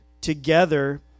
together